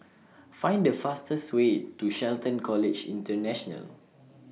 Find The fastest Way to Shelton College International